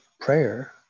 prayer